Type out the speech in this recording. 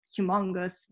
humongous